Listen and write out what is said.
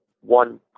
one